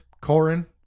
corin